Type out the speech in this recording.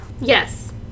Yes